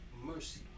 mercy